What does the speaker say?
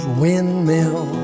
windmill